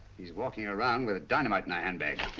she's walking around with dynamite in her handbag.